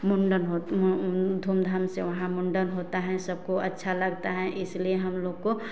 मुण्डन होता धूमधाम से वहाँ मुण्डन होता है सबको अच्छा लगता है इसलिए हमलोग को